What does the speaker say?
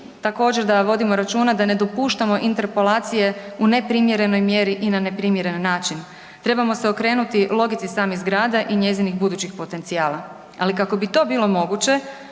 također da vodimo računa da ne dopuštamo interpolacije u neprimjerenoj mjeri i na neprimjeren način. Trebamo se okrenuti logici samih zgrada i njezinih budućih potencijala. Ali kako bi to bilo moguće